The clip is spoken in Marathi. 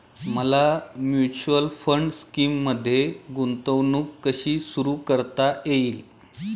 मला म्युच्युअल फंड स्कीममध्ये गुंतवणूक कशी सुरू करता येईल?